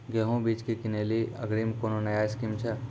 गेहूँ बीज की किनैली अग्रिम कोनो नया स्कीम छ?